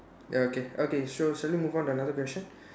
okay okay sure shall we move on to another question